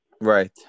right